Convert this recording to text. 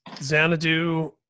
Xanadu